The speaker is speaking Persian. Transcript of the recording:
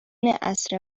عصر